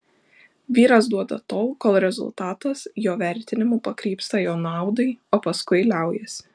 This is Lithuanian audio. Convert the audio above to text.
vyras duoda tol kol rezultatas jo vertinimu pakrypsta jo naudai o paskui liaujasi